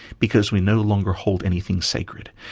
because we no longer hold anything sacred.